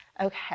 Okay